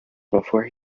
before